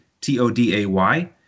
T-O-D-A-Y